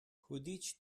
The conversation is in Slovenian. hudič